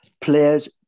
players